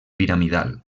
piramidal